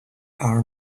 are